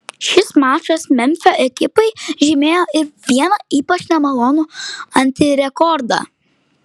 šis mačas memfio ekipai žymėjo ir vieną ypač nemalonų antirekordą